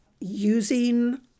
using